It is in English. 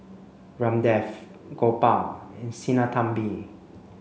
Ramdev Gopal and Sinnathamby